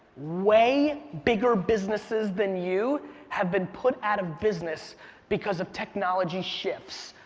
way bigger businesses than you have been put out of business because of technology shifts.